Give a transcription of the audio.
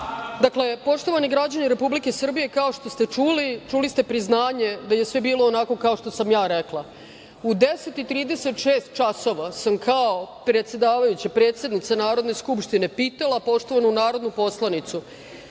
Poštovani građani Republike Srbije, kao što ste čuli, čuli ste priznanje da je sve bilo onako kao što sam ja rekla. U 10.36 časova sam kao predsedavajuća, predsednica Narodne skupštine, pitala poštovanu narodnu poslanicu